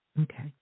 Okay